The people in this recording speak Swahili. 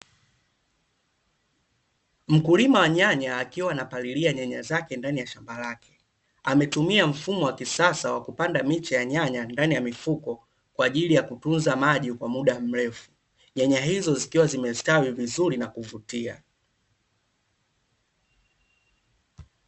Mkulima wa nyanya akiwa anapalilia nyanya zake ndani ya shamba lake. Ametumia mfumo wa kisasa wa kupanda miche ya nyanya ndani ya mifuko kwa ajili ya kutunza maji kwa muda mrefu. Nyanya hizo zikiwa zimestawi vizuri na kuvutia.